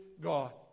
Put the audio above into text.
God